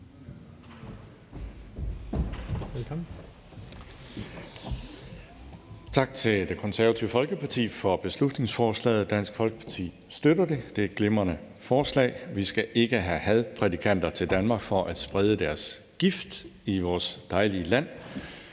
Tak til Det Konservative Folkeparti for beslutningsforslaget. Dansk Folkeparti støtter det. Det er et glimrende forslag. Vi skal ikke have hadprædikanter til Danmark for at sprede deres gift i vores dejlige land.